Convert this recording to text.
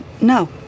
No